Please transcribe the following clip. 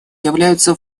являются